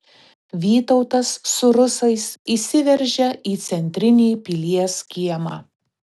vytautas su rusais įsiveržia į centrinį pilies kiemą